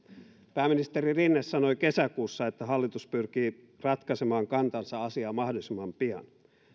pääministeri rinne sanoi kesäkuussa että hallitus pyrkii ratkaisemaan kantansa asiaan mahdollisimman pian